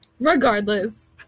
Regardless